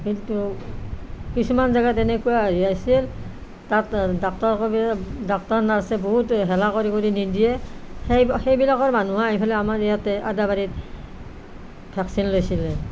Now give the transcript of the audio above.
কিন্তু কিছুমান জেগাত এনেকুৱা হৈ আছিল তাত ডাক্তৰ কবিৰাজ ডাক্তৰ নাৰ্ছে বহুত হেলা কৰি কৰি নিদিয়ে সেইবা সেইবিলাকৰ মানুহে আহি ফেলে ইয়াতে আদাবাৰীত ভেক্সিন লৈছিলে